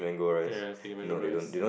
ya sticky mango rice